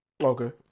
okay